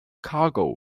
cargo